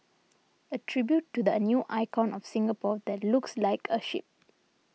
a tribute to the a new icon of Singapore that looks like a ship